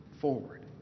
forward